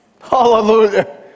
Hallelujah